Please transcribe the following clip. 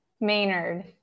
Maynard